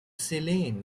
selene